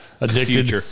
Addicted